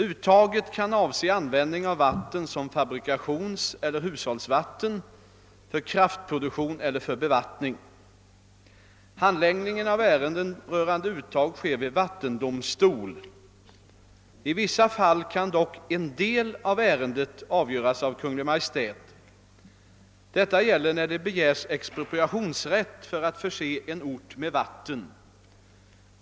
Uttaget kan avse användning av vatten som fabrikationseller hushållsvatten, för kraftproduktion eller för bevattning. Handläggningen av ärenden rörande uttag sker vid vattendomstol. I vissa fall kan dock en del av ärendet avgöras av Kungl. Maj:t. Detta gäller när det begärs expropriationsrätt för att förse en ort med vatten.